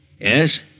Yes